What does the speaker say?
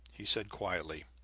he said quietly